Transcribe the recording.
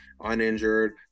uninjured